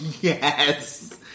Yes